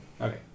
Okay